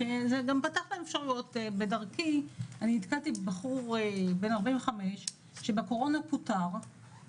בדרכי נתקלתי באדם בן 45 שפוטר בעקבות